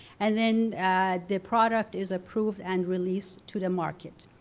and then the product is approved and released to the market.